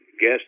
guess